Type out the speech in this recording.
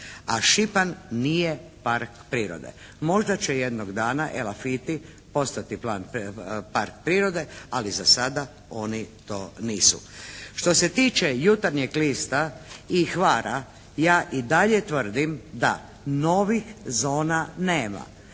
a Šipan nije park prirode. Možda će jednog dana Elafiti postati park prirode, ali zasada oni to nisu. Što se tiče "Jutarnjeg lista" i Hvara, ja i dalje tvrdim da novih zona nema,